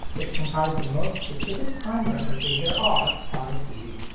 which comprise the most specific time references there are on the cd.